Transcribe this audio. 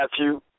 Matthew